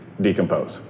decompose